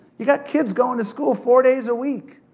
you got kids going to school four days a week.